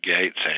gates